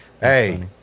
Hey